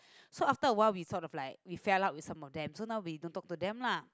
so after a while we sort of like we fail up with some of them so now we don't talk to them lah